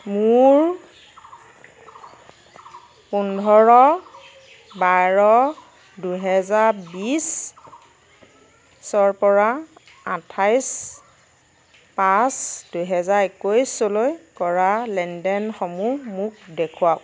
মোৰ পোন্ধৰ বাৰ দুহেজাৰ বিশৰ পৰা আঠাইছ পাঁচ দুহেজাৰ একৈশলৈ কৰা লেনদেনসমূহ মোক দেখুৱাওক